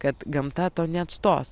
kad gamta to neatstos